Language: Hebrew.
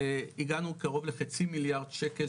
הגענו קרוב לחצי מיליארד שקל,